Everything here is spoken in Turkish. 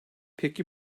peki